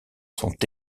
sont